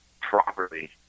properly